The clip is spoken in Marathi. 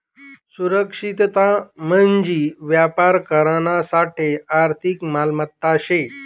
सुरक्षितता म्हंजी व्यापार करानासाठे आर्थिक मालमत्ता शे